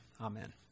amen